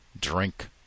drink